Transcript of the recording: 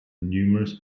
numerous